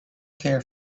care